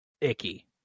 icky